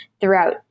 throughout